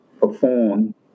perform